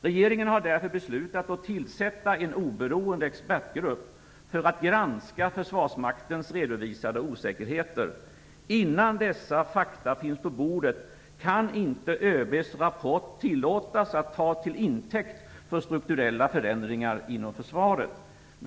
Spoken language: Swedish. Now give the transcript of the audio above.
Regeringen har därför beslutat att tillsätta en oberoende expertgrupp för att granska försvarsmaktens redovisade osäkerheter. Innan dessa fakta finns på bordet kan inte ÖB:s rapport tillåtas att tas till intäkt för strukturella förändringar inom försvaret.